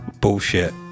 bullshit